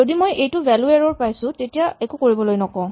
যদি মই এইটো ভ্যেলু এৰ'ৰ পাইছো তেতিয়া একো কৰিবলৈ নকওঁ